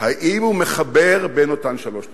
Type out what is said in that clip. האם הוא מחבר בין אותן שלוש נקודות,